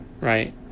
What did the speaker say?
right